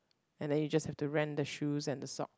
and then you just have to rent the shoes and the sock